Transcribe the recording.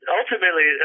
ultimately